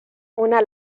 una